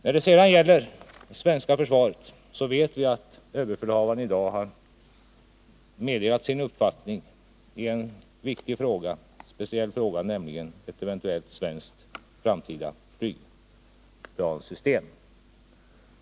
När det sedan gäller det svenska försvaret vet vi att överbefälhavaren i dag har meddelat sin uppfattning i en viktig och speciell fråga, nämligen ett eventuellt svenskt framtida flygplanssystem.